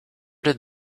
did